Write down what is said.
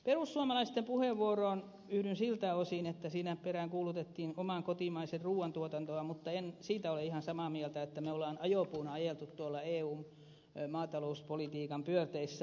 perussuomalaisten puheenvuoroon yhdyn siltä osin että siinä peräänkuulutettiin oman kotimaisen ruuan tuotantoa mutta en siitä ole ihan samaa mieltä että me olemme ajopuuna ajelleet tuolla eun maatalouspolitiikan pyörteissä